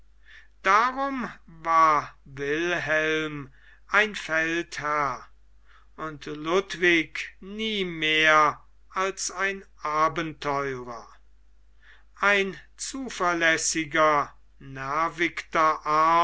darum war wilhelm ein feldherr und ludwig nie mehr als ein abenteurer ein zuverlässiger